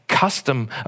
custom